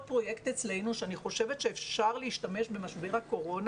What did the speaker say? פרויקט אצלנו שאני חושבת שאפשר להשתמש במשבר הקורונה